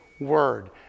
word